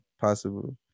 possible